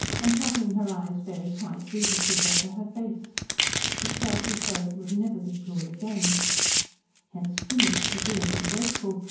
and shutting her eyes very tight, drew the sheet over her face it felt as though it would never be cool again hence, jinny, agreeably wakeful,